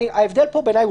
בעיניי,